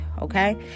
okay